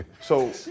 So-